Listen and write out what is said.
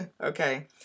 Okay